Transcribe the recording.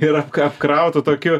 yra apkrauta tokiu